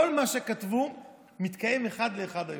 כל מה שכתבו מתקיים אחד לאחד היום.